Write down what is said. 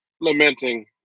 lamenting